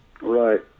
Right